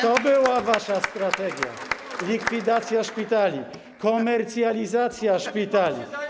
To była wasza strategia: likwidacja szpitali, komercjalizacja szpitali.